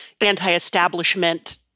anti-establishment